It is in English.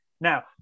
Now